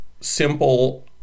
simple